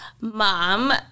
Mom